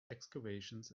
excavations